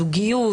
זוגיות,